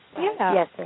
Yes